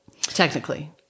technically